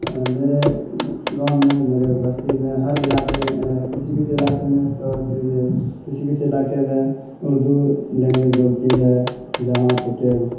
میرے گاؤں میں میرے ایک بستی میں ہر علاقے میں کسی کسی علاقے میں تو کسی کسی علاقے میں اردو لینگویج بولتی ہے جہاں تک کہ